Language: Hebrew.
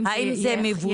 האם זה מבוצע?